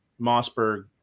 Mossberg